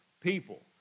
people